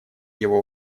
его